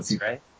right